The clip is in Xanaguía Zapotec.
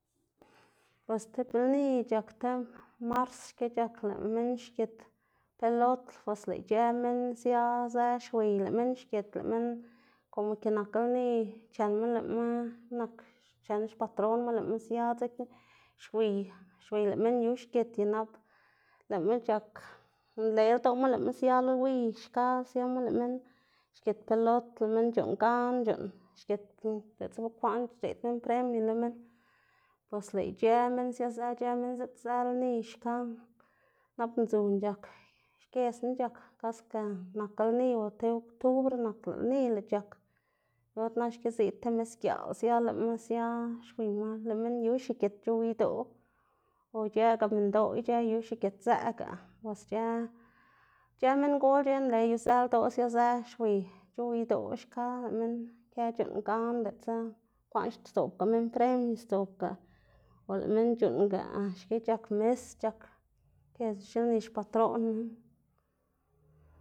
bos tib lni c̲h̲ak tib mars xki c̲h̲ak lëꞌ minn xgit pelot pues lëꞌ ic̲h̲ë minn siazë xwiy lëꞌ minn xgit lëꞌ minn, komo ke nak lni chenma lëꞌma nak chen xpatronma lëꞌma sia dzekna xwiy xwiy lëꞌ minn yu xgit y nap lëꞌma c̲h̲ak nle ldoꞌma lëꞌma sia lo wiy xka siama lëꞌ minn xgit pelot lëꞌ minn c̲h̲uꞌnn gan c̲h̲uꞌnn xgit diꞌltsa bekwaꞌn xdeꞌd minn premio lo minn, pues lëꞌ ic̲h̲ë minn siazë ic̲h̲ë minn ziꞌdzë lni xka nap ndzun c̲h̲ak xkiedzma c̲h̲ak kaska nak lni o ti oktubr nak lëꞌ lni lëꞌ c̲h̲ak, yor na xki ziꞌd ti misgiaꞌl sia lëꞌma sia xwiyma lëꞌ minn yu xigit c̲h̲ow idoꞌ o ic̲h̲ëꞌga minndoꞌ ic̲h̲ë yu xigitzëꞌga, bos ic̲h̲ë ic̲h̲ë minngol ic̲h̲ë nle yuzë ldoꞌ siazë xwiy c̲h̲ow idoꞌ xka lëꞌ minn kë c̲h̲uꞌnn gan, diꞌltsa kwaꞌn sdzoꞌbga minn premio sdzobga o lëꞌ minn c̲h̲uꞌnnga xki c̲h̲ak mis c̲h̲ak giedz xilni xpatroꞌnnu.